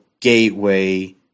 Gateway